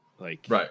Right